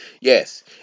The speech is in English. Yes